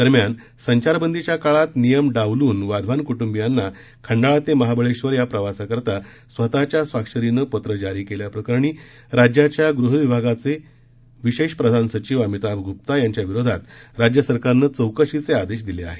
दरम्यान संचारबंदीच्या काळात नियम डावलून वाधवान क्ट्ंबियांना खंडाळा ते महाबळेश्वर या प्रवासासाठी स्वतःच्या स्वाक्षरीनं पत्र जारी केल्याप्रकरणी राज्याच्या ग़हविभागाचे विशेष प्रधान सचिव अमिताभ ग्प्ता यांच्या विरोधात राज्य सरकारनं चौकशीचे आदेश दिले आहेत